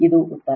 ಇದು ಉತ್ತರ